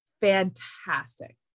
fantastic